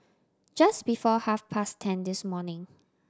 just before half past ten this morning